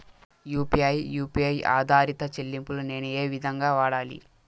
UPI U P I ఆధారిత చెల్లింపులు నేను ఏ విధంగా వాడాలి?